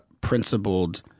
principled